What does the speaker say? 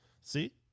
see